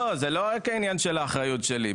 לא, זה לא רק העניין של האחריות שלי.